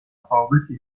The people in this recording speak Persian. متفاوتی